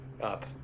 up